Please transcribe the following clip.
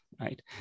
right